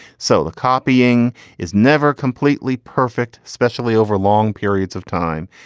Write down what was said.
so the copying is never completely perfect, especially over long periods of time.